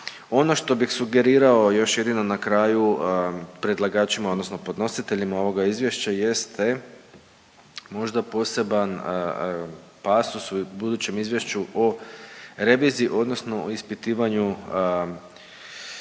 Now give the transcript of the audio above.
Ono što bih sugerirao još jedino na kraju predlagačima odnosno podnositeljima ovoga izvješća jeste možda poseban pasus u budućem izvješću o reviziji odnosno o ispitivanju načina